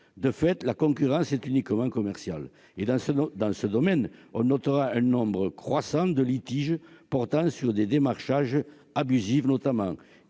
De fait, la concurrence est uniquement commerciale. Dans ce domaine, on relève un nombre croissant de litiges liés à des démarchages abusifs ; je